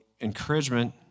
encouragement